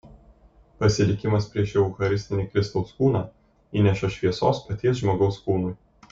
pasilikimas prieš eucharistinį kristaus kūną įneša šviesos paties žmogaus kūnui